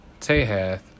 Tehath